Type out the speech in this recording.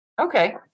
Okay